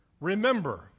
Remember